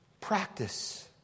Practice